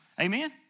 Amen